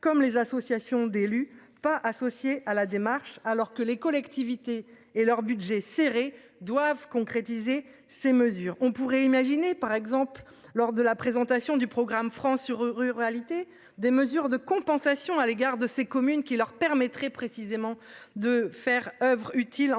comme les associations d'élus pas associé à la démarche. Alors que les collectivités et leurs budget serré doivent concrétiser ces mesures, on pourrait imaginer par exemple lors de la présentation du programme francs sur ruralité. Des mesures de compensation à l'égard de ces communes qui leur permettrait précisément de faire oeuvre utile en